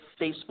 Facebook